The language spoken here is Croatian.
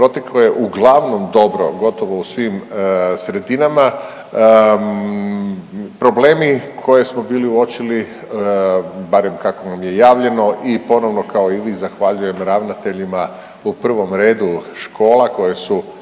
protekao je uglavnom dobro gotovo u svim sredinama. Problemi koje smo bili uočili, barem kako nam je javljeno i ponovno kao i vi, zahvaljujem ravnateljima, u prvom redu škola koje su